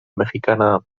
mexicana